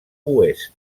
oest